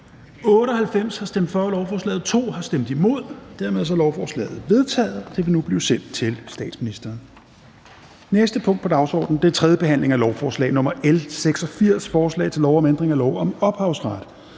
imod stemte 2 (NB), hverken for eller imod stemte 0. Lovforslaget er vedtaget og vil nu blive sendt til statsministeren. --- Det næste punkt på dagsordenen er: 18) 3. behandling af lovforslag nr. L 86: Forslag til lov om ændring af lov om ophavsret.